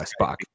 Spock